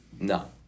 No